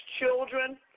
children